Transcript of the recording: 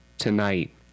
tonight